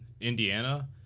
Indiana